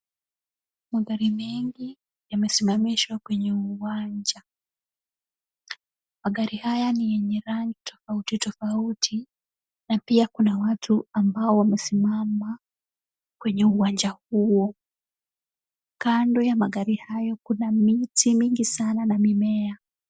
Magari mengi yamesimamishwa kwenye uwanja. Magari haya ni yenye rangi tofauti tofauti na pia kuna watu ambao wamesimama kwenye uwanja huo. Kando ya magari hayo kuna miti mingi sana na mimea.